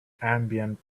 ambient